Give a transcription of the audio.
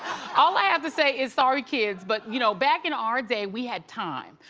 all i have to say is sorry kids, but you know back in our day we had time.